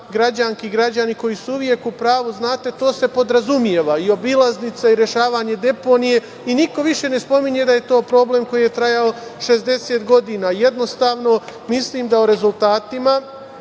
građanke i građani, koji su uvek u pravu, znate, to se podrazumeva, i obilaznica i rešavanje deponije i niko više ne spominje da je to problem koji je trajao 60 godina. Jednostavno, mislim da o rezultatima,